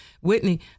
Whitney